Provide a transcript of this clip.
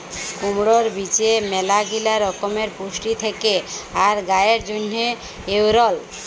কুমড়র বীজে ম্যালাগিলা রকমের পুষ্টি থেক্যে আর গায়ের জন্হে এঔরল